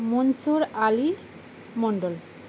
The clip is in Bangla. মনসুর আলী মণ্ডল